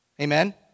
Amen